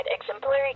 exemplary